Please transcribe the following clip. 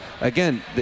again